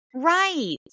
Right